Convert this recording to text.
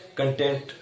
content